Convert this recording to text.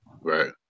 right